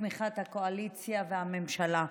תמיכת הקואליציה והממשלה.